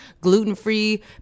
gluten-free